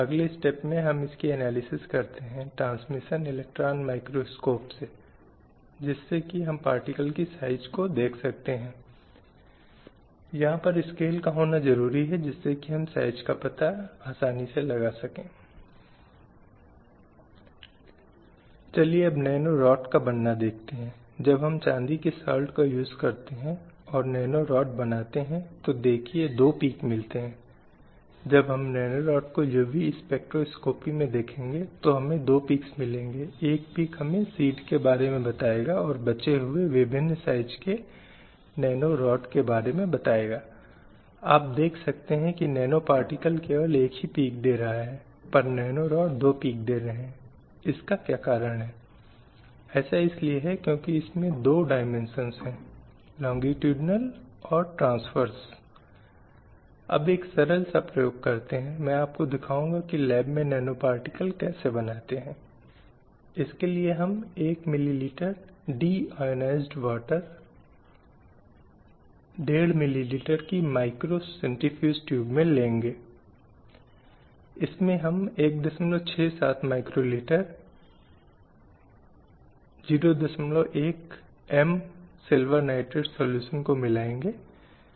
slide समय संदर्भ 2133 फिर मध्ययुगीन काल आया अब मध्ययुगीन काल में जैसा कि हम जानते हैं हमारे देश पर जिसे अब हम भारत कहते हैं विभिन्न बाहरी लोगों द्वारा विभिन्न विजय और नवाचार के लिए चिह्नित किया गया और इसलिए इन आक्रमणों के साथ महिलाओं की स्थिति और भी खराब हो गई क्योंकि नवाचारों के साथ यह इन नवाचारों को महिलाओं की भलाई महिलाओं की सुरक्षा के लिए एक बड़े खतरे के रूप में देखा गया था और आप जानते हैं इसलिए महिलाओं को और भी दीवारों के पीछे रखा गया था और वहाँ हर तरह इसलिए उन्हें परदे के पीछे रखा गया था जो हमारे पास पर्दा प्रथा के रूप में है गतिविधि या कार्य से महिलाएं गंभीरता से प्रतिबंधित की गईं थीं